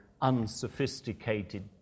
unsophisticated